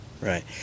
right